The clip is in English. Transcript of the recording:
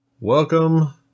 welcome